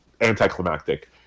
anticlimactic